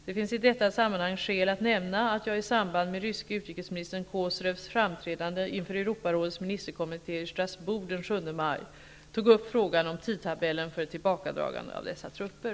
Det finns i detta sammanhang skäl att nämna att jag i samband med ryske utrikesministern Kozyrevs framträdande inför maj tog upp frågan om tidtabellen för ett tillbakadragande av dessa trupper.